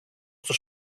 στο